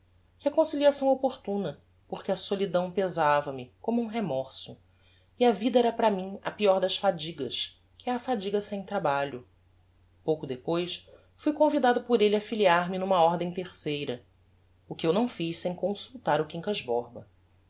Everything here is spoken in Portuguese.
reconciliação opportuna porque a solidão pesava me como um remorso e a vida era para mim a peor das fadigas que é a fadiga sem trabalho pouco depois fui convidado por elle a filiar me n'uma ordem terceira o que eu não fiz sem consultar o quincas borba